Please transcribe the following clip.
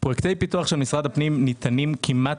פרויקטי פיתוח של משרד הפנים ניתנים כמעט